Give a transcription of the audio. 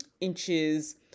inches